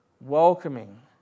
welcoming